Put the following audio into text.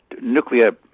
nuclear